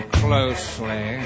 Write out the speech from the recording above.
closely